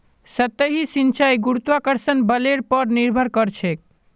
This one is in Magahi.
सतही सिंचाई गुरुत्वाकर्षण बलेर पर निर्भर करछेक